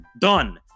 done